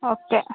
okay